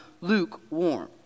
lukewarm